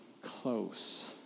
close